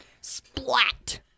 Splat